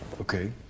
okay